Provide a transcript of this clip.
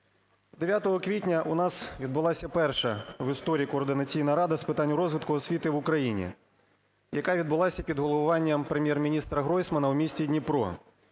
9 квітня у нас відбулася перша в історії Координаційна рада з питань розвитку освіти в Україні, яка відбулася під головуванням Прем’єр-міністра Гройсмана у місті Дніпро.